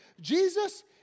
Jesus